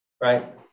Right